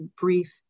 brief